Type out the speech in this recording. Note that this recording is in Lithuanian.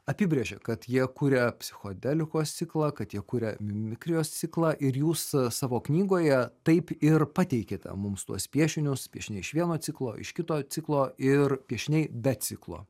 apibrėžė kad jie kuria psichodelikos ciklą kad jie kuria mimikrijos ciklą ir jūs savo knygoje taip ir pateikėte mums tuos piešinius piešiniai iš vieno ciklo iš kito ciklo ir piešiniai be ciklo